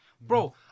Bro